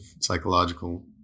psychological